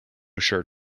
shirt